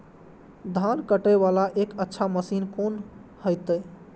धान कटे वाला एक अच्छा मशीन कोन है ते?